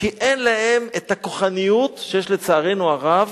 כי אין להם את הכוחניות שיש, לצערנו הרב,